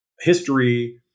history